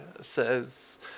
says